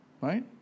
right